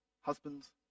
Husbands